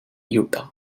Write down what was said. utah